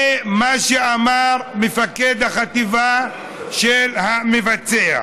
זה מה שאמר מפקד החטיבה של המבצע.